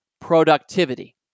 productivity